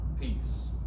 peace